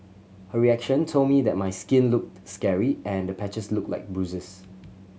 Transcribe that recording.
her reaction told me that my skin looked scary and the patches looked like bruises